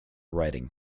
writing